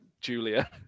Julia